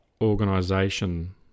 organization